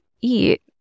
eat